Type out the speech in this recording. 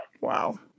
Wow